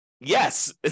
yes